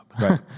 Right